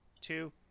two